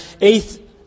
eighth